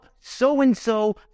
so-and-so